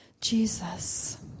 Jesus